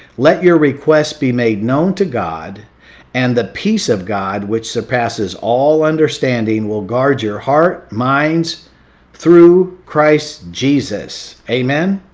let your request be made known to god and the peace of god which surpasses all understanding will guard your heart, minds through christ jesus. amen.